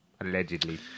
Allegedly